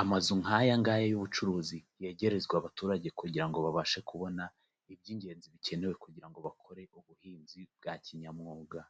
amazu nk'aya ngaya y'ubucuruzi yegerezwa abaturage kugira ngo babashe kubona iby'ingenzi bikenewe kugira ngo bakore ubuhinzi bwa kinyamwuga.